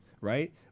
Right